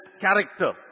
character